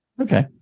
Okay